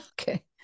Okay